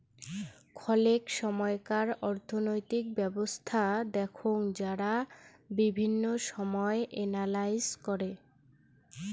খলেক সময়কার অর্থনৈতিক ব্যবছস্থা দেখঙ যারা বিভিন্ন বিষয় এনালাইস করে